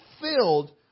filled